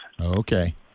Okay